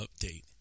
update